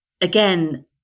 again